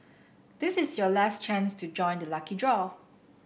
this is your last chance to join the lucky draw